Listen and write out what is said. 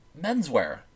menswear